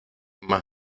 más